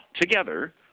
together